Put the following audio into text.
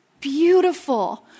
beautiful